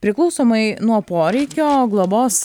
priklausomai nuo poreikio globos